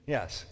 Yes